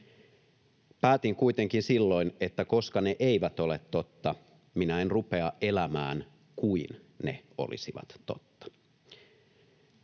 Päätin kuitenkin silloin, että koska ne eivät ole totta, minä en rupea elämään kuin ne olisivat totta.